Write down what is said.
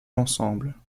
l’ensemble